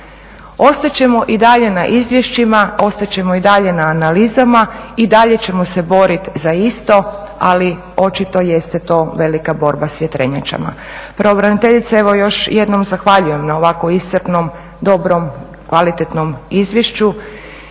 ostat ćemo i dalje na izvješćima, ostat ćemo i dalje na analizama i dalje ćemo se boriti za isto. Ali očito jeste to velika borba s vjetrenjačama. Pravobraniteljice evo još jednom zahvaljujem na ovako iscrpnom, dobrom, kvalitetnom izvješću